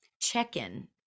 check-in